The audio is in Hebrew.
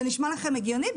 זה נשמע לכם הגיוני?